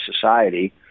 society